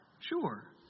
Sure